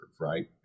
right